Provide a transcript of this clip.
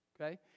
Okay